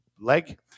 leg